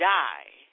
die